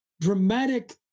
dramatic